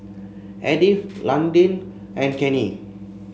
Edyth Londyn and Kenny